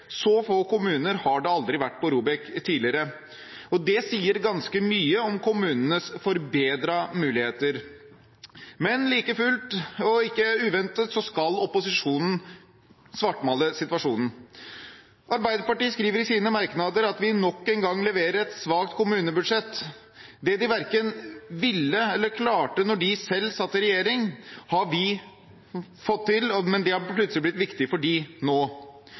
Så få kommuner har det aldri vært på ROBEK-listen tidligere. Det sier ganske mye om kommunenes forbedrede muligheter. Men like fullt, og ikke uventet, skal opposisjonen svartmale situasjonen. Arbeiderpartiet skriver i sine merknader at vi nok en gang leverer et svakt kommunebudsjett. Det de verken ville eller klarte da de selv satt i regjering, har vi fått til, men det har plutselig blitt viktig for dem nå. Det er derfor gledelig å kunne si til Arbeiderpartiet at de